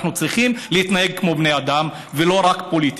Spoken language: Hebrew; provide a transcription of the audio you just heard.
אנחנו צריכים להתנהג כמו בני אדם ולא רק פוליטיקה.